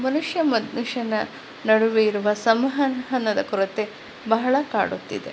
ಮನುಷ್ಯ ಮನುಷ್ಯನ ನಡುವೆ ಇರುವ ಸಂವಹನದ ಕೊರತೆ ಬಹಳ ಕಾಡುತ್ತಿದೆ